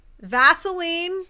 vaseline